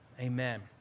Amen